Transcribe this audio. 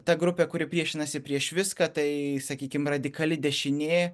ta grupė kuri priešinasi prieš viską tai sakykim radikali dešinė